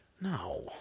no